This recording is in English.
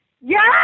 Yes